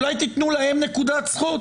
אולי תתנו להם נקודת זכות?